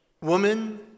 Woman